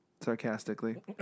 sarcastically